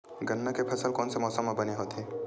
गन्ना के फसल कोन से मौसम म बने होथे?